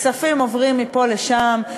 כספים עוברים מפה לשם,